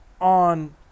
on